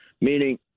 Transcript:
meaning